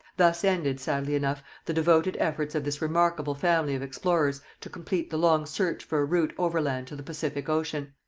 thus ended, sadly enough, the devoted efforts of this remarkable family of explorers to complete the long search for a route overland to the pacific ocean.